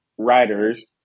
writers